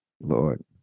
Lord